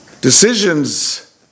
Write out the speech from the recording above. Decisions